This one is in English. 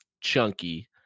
Chunky